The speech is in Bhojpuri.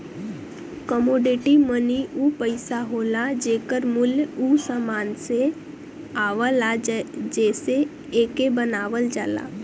कमोडिटी मनी उ पइसा होला जेकर मूल्य उ समान से आवला जेसे एके बनावल जाला